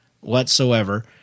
whatsoever